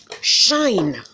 shine